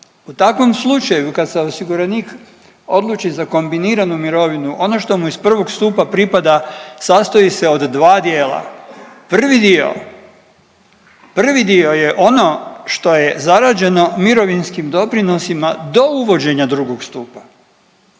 U takvom slučaju kad se osiguranik odluči za kombiniranu mirovinu ono što mu iz prvog stupa pripada sastoji se od dva dijela. Prvi dio, prvi dio je ono što je zarađeno mirovinskim doprinosima do uvođenja drugog stupa